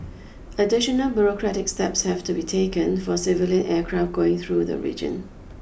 additional bureaucratic steps have to be taken for civilian aircraft going through the region